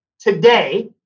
today